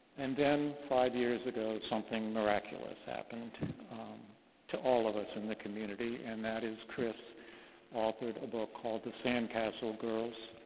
and then, five years ago, something miraculous happened to all of us in the community. and that is chris authored a book called the sandcastle girls.